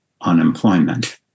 unemployment